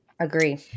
Agree